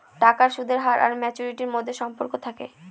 টাকার সুদের হার আর ম্যাচুরিটির মধ্যে সম্পর্ক থাকে